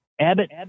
Abbott